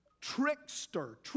trickster